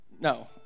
no